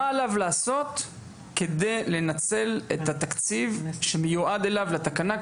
מה עליו לעשות כדי לנצל את התקציב שמיועד אליו לתקנה,